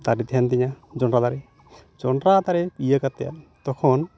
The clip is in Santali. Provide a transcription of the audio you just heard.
ᱫᱟᱨᱮ ᱛᱟᱦᱮᱱ ᱛᱤᱧᱟᱹ ᱡᱚᱸᱰᱨᱟ ᱫᱟᱨᱮ ᱡᱚᱸᱰᱨᱟ ᱫᱟᱨᱮ ᱤᱭᱟᱹ ᱠᱟᱛᱮᱫ ᱛᱚᱠᱷᱚᱱ